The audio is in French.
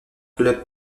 clubs